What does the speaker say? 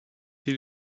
les